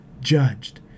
judged